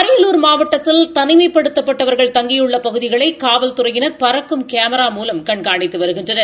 அரியலூர் மாவட்டத்தில் தனிமைப்படுத்தப்பட்டவர்கள் தங்கியுள்ள பகுதிகளை காவல்துறையினர் பறக்கும் கேமரா மூலம் கண்காணித்து வருகின்றனர்